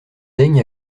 daigne